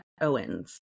Owens